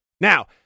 Now